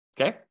okay